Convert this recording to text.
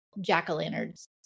jack-o'-lanterns